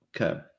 Okay